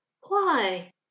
Why